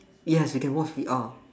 yes we can watch V_R